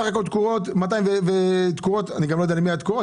סך הכול תקורות אני גם לא יודע למי התקורות